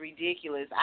ridiculous